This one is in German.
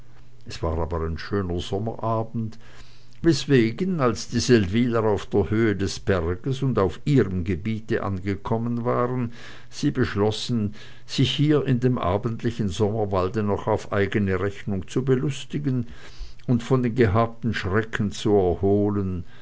es war aber ein schöner sommerabend weswegen als die seldwyler auf der höhe des berges und auf ihrem gebiete angekommen waren sie beschlossen sich hier in dem abendlichen sommerwalde noch auf eigene rechnung zu belustigen und von dem gehabten schrecken zu erholen